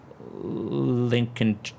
Lincoln